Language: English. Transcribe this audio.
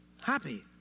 happy